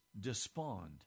Despond